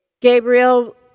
Gabriel